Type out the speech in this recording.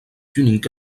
unique